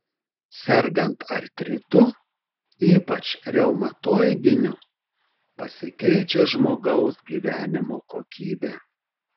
sergant artritu ypač reumatoidiniu pasikeičia žmogaus gyvenimo kokybė